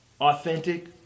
authentic